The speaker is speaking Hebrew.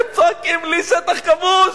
והם צועקים לי "שטח כבוש",